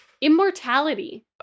Immortality